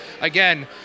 again